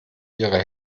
ihre